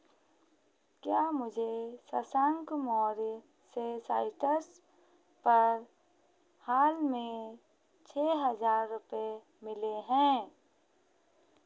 क्या मुझे शशांक मौर्य से साइट्रस पर हाल में छः हज़ार रुपये मिले हैं